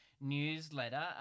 newsletter